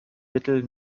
mittel